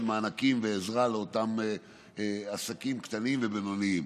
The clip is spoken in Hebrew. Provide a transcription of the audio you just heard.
מענקים ועזרה לאותם עסקים קטנים ובינוניים,